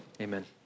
Amen